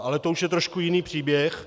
Ale to už je trošku jiný příběh.